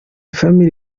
family